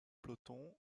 pelotons